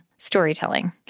storytelling